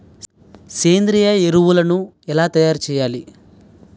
సేంద్రీయ ఎరువులు ఎలా తయారు చేయాలి?